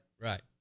Right